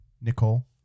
Nicole